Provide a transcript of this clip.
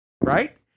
right